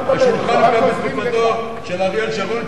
השולחן מתקופתו של אריאל שרון,